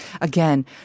Again